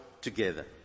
together